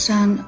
Son